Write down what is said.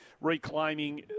reclaiming